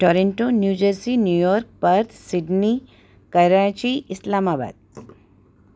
Toronto New Jersey New York Perth Sydney Karachi Islamabad